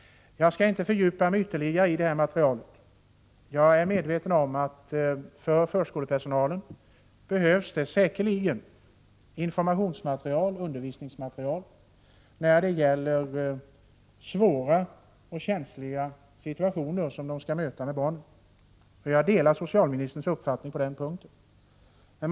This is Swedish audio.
Jag skall inte fördjupa mig ytterligare i det här materialet. Jag är medveten om att det för förskolepersonalen säkerligen behövs informationsoch undervisningsmaterial när det gäller de svåra och känsliga situationer med barnen som personalen har att möta. Jag delar socialministerns uppfattning på den punkten.